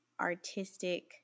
artistic